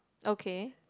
okay